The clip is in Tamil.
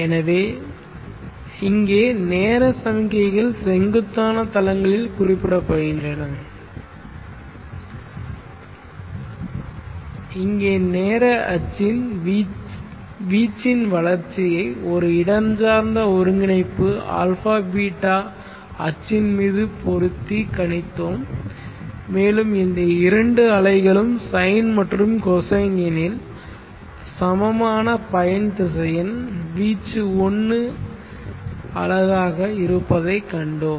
எனவே இங்கே நேர சமிக்ஞைகள் செங்குத்தான தளங்களில் குறிப்பிடப்படுகின்றன இங்கே நேர அச்சின் வீச்சின் வளர்ச்சியை ஒரு இடஞ்சார்ந்த ஒருங்கிணைப்பு α β அச்சின் மீது பொருத்தி கணித்தோம் மேலும் இந்த இரண்டு அலைகளும் சைன் மற்றும் கொசைன் எனில் சமமான பயன் திசையன் வீச்சு 1 அலகு ஆக இருப்பதைக் கண்டோம்